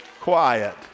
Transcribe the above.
quiet